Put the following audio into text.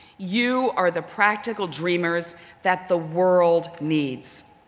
you are the practical dreamers that the world needs.